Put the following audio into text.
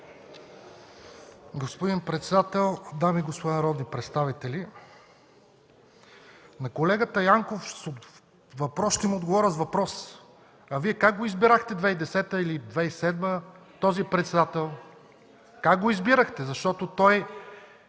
Господин председател, дами и господа народни представители, на въпроса на колегата Янков ще отговоря с въпрос: а Вие как го избирахте 2010 или 2007 г. този председател? Как го избирахте, защото той ...